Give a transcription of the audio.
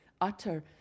utter